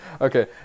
okay